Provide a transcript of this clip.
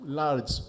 large